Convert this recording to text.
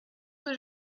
que